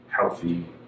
healthy